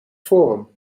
forum